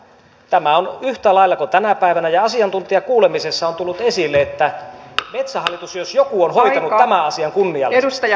tämä on yhtä lailla kuin tänä päivänä ja asiantuntijakuulemisessa on tullut esille että metsähallitus jos joku on hoitanut tämän asian kunniallisesti